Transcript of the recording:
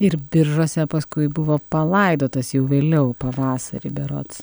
ir biržuose paskui buvo palaidotas jau vėliau pavasarį berods